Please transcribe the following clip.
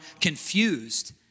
confused